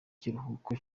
kiruhuko